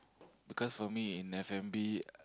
because of me in f-and-b